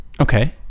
okay